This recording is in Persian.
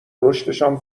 رشدشان